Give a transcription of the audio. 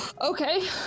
Okay